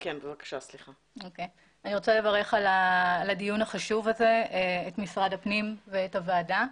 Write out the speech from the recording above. אני רוצה לברך על הדיון החשוב הזה את משרד הפנים ואת הוועדה.